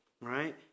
right